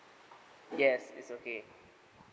yes is okay